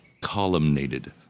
Columnated